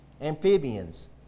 Amphibians